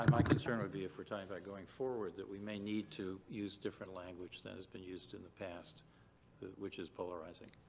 my concern would be if we're talking about going forward that we may need to use different language than has been used in the past which is polarizing.